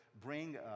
bring